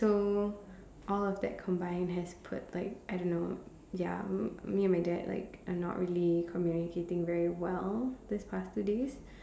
so all of that combined has put like I don't know ya me me and my dad like are not communicating very well these past two days